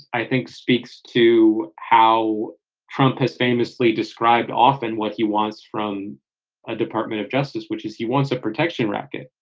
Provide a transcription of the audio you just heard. i think, speaks to how trump has famously described often what he wants from a department of justice, which is he wants a protection racket.